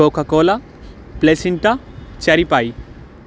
coca-cola placenta cherry pie